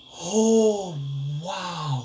[ho] !wow!